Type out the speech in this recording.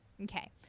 Okay